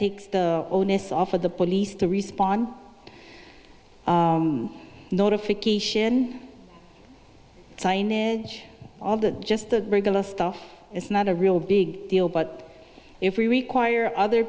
takes the onus off of the police to respond notification signage all of that just the regular stuff it's not a real big deal but if we require other